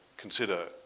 consider